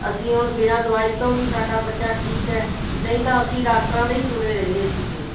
ਅਸੀਂ ਹੁਣ ਬਿਨਾਂ ਦਵਾਈ ਤੋਂ ਵੀ ਸਾਡਾ ਬੱਚਾ ਠੀਕ ਹੈ ਨਹੀਂ ਤਾਂ ਅਸੀਂ ਡਾਕਟਰਾਂ ਦੇ ਹੀ ਤੁਰੇ ਰਹਿੰਦੇ ਸੀਗੇ